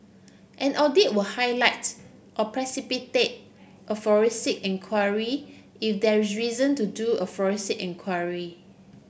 an audit will highlight or precipitate a forensic enquiry if there reason to do a forensic enquiry